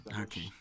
Okay